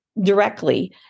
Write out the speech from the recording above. directly